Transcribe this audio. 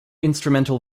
instrumental